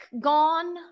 gone